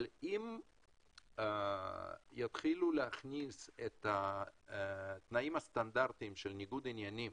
אבל אם יתחילו להכניס את התנאים הסטנדרטים של ניגוד עניינים